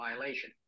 violation